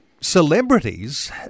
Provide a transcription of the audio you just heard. celebrities